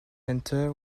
center